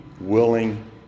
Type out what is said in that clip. willing